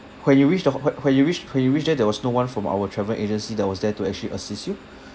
when you reach the ho~ whe~ when you reach when you reach there was no one from our travel agency that was there to actually assist you